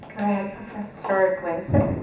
i have professor glaser?